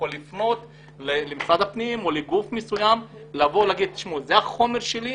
לפנות למשרד הפנים או לגוף מסוים ולומר שזה החומר שלי,